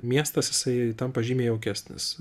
miestas jisai tampa žymiai jaukesnis